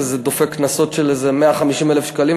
וזה דופק קנסות של איזה 150,000 שקלים,